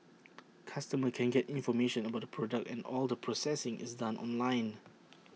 customers can get information about the product and all the processing is done online